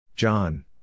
John